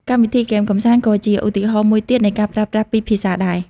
កម្មវិធីហ្គេមកម្សាន្តក៏ជាឧទាហរណ៍មួយទៀតនៃការប្រើប្រាស់ពីរភាសាដែរ។